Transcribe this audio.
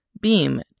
Beam